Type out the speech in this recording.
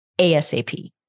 ASAP